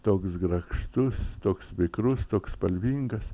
toks grakštus toks vikrus toks spalvingas